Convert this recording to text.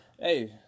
Hey